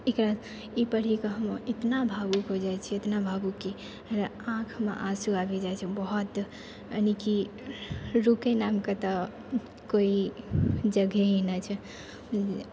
एकरा ई पढ़िके हम एतना भावुक हो जाइ छिए एतना भावुक कि आँखिमे आँसू आबि जाइ छै बहुत यानि कि रुकै नामके तऽ कोइ जगहे नहि छै